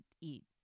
eat